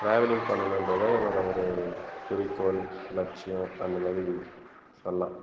travelling பண்ணனும்ன்றது தான் என்னோட ஒரு குறிக்கோள் லட்சியம் அந்த மாதிரி சொல்லலாம்